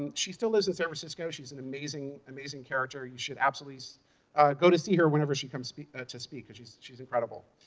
and she still lives in san francisco. she's an amazing, amazing character. you should absolutely so go to see her whenever she comes ah to speak, because she's she's incredible.